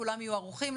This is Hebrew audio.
וכולם יהיו ערוכים.